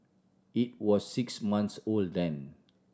it was six months old then